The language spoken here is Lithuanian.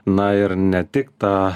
na ir ne tik ta